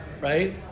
right